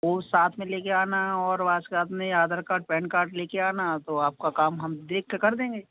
वो साथ में ले कर आना और वासकब में आधार कार्ड पैन कार्ड ले कर आना तो आपका काम हम देख के कर देंगे